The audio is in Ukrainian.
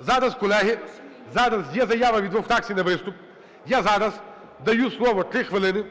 Зараз, колеги, зараз є заява від двох фракцій на виступ. Я зараз даю слово –3 хвилини.